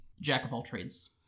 jack-of-all-trades